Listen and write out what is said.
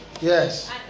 Yes